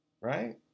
right